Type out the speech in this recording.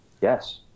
yes